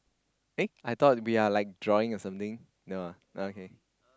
eh I thought we are like drawing or something no ah okay